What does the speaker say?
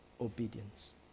obedience